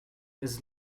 has